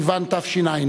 ט"ז סיוון תשע"ב,